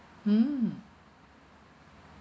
hmm